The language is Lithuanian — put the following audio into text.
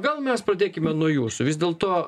gal mes pradėkime nuo jūsų vis dėlto